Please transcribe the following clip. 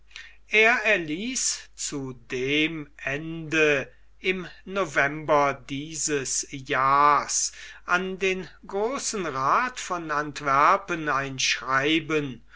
er erließ zu dem ende im november dieses jahrs an den großen rath von antwerpen ein schreiben